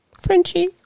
Frenchie